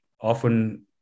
often